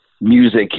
music